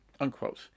unquote